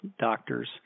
doctors